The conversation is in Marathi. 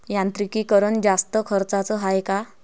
यांत्रिकीकरण जास्त खर्चाचं हाये का?